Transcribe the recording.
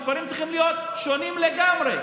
המספרים צריכים להיות שונים לגמרי.